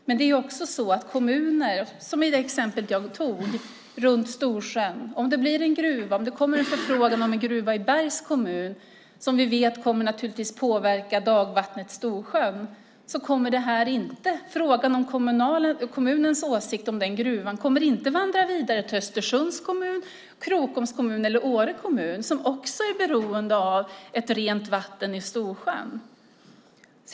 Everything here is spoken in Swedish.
Men om det, som i det exemplet jag gav, kommer en förfrågan om en gruva i Bergs kommun, vilket vi vet naturligtvis kommer att påverka dagvattnet i Storsjön kommer frågan om kommunens åsikt om den gruvan inte att vandra vidare till Östersunds kommun, Krokoms kommun eller Åre kommun som också är beroende av ett rent vatten i Storsjön.